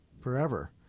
forever